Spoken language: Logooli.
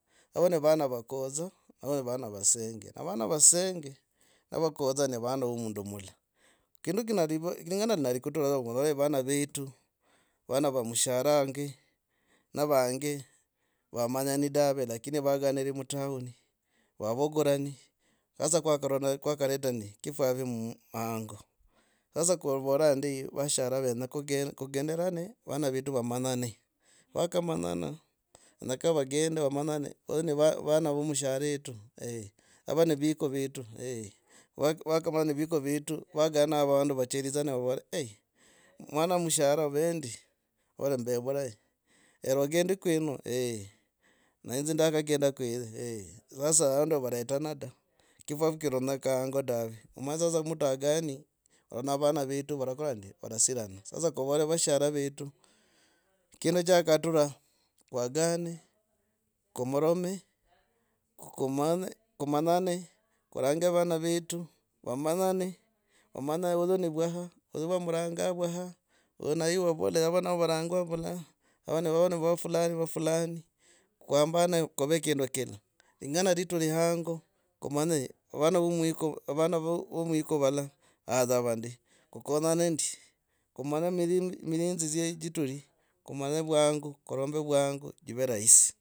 Avo ni vana vakodza avo ni van va senge avana va senge ni va vakodza na avana vo mundu mula kindu kinali, lingana linali kuturavo aua vana vetu vana va msharange na vange vamanyi dave lakini vaganire mutown. vavugurani hasa kwakaronya kwakareta nd kugenderane vana vetu vamanyane vakamanyana kanyala ava na viko vetu waka vakamanya na viko vetu kwagana vandu vacherizana vavora eeh mwana wa mshara ovendi ovora mbe vurahi rero ogendiko ino eeh na inzi ndakagendako sasa vandu ava varetana da kufiri mirimi chigira mirimi chivoho vudza pana vandu valala vanyorangu mirimi. Mundu nava nemirimi minyingi ro rais wetu kenyakaa amanye valala vavurako mirimi da, avakonyeko ooh. Maisha kakwenyaa kenyakaa mundu noindu. Maisha av nomulimi kiranyoreka hanga dave, omanye sasa mutagani na avana vetu vakora ndi, varasiana. Sasa kuvole vashara vetu kindi chakatura. Kwagane kuromerome, ku. manye. kumanyane, kurange vana vetu vamanyane. vamanya dza ozu ni vwaha. ozu vamuranga vwaha na i've. avenavo varangwa vula. available navona niva fulani wa fulani kwambane kuve kindu kila. Lingana little hango kumanye avana vo mwiko. avana va mwiko valala aah dza ndi, kukonyane ndi, kumanye mihi, mirinzi dzye chituri kumanye vwangu kurombe vwangu chive rahisi.